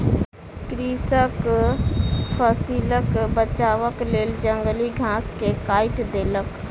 कृषक फसिलक बचावक लेल जंगली घास के काइट देलक